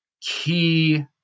key